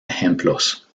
ejemplos